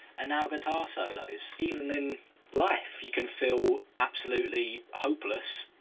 and now guitar solos. even in life, you can feel absolutely hopeless,